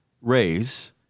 raise